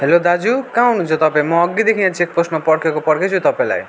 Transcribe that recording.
hello दाजु कहाँ हुनुहुन्छ तपाईँ म अघिदेखि यहाँ चेकपोस्टमा पर्खेको पर्खेकै तपाईँलाई